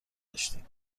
داشتیم